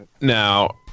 Now